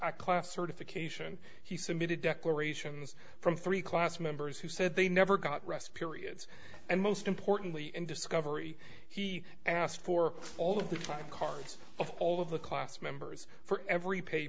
class certification he submitted declarations from three class members who said they never got rest periods and most importantly in discovery he asked for all of the time cards of all of the class members for every pay